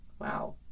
Wow